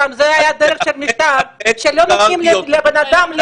שם זו הייתה הדרך של המשטר שלא נותנים לבן אדם,